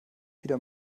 wieder